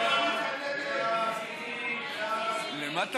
ההסתייגות (237) של חבר הכנסת